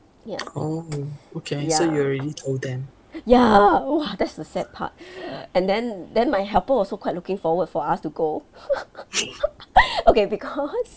ya ya ya !wah! that's the sad part and then then my helper also quite looking forward for us to go okay because